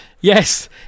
Yes